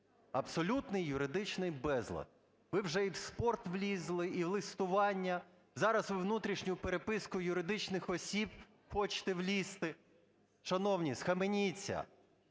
абсолютний юридичний безлад. Ви вже і в спорт влізли, і в листування, зараз у внутрішню переписку юридичних осіб хочете влізти. Шановні, схаменіться,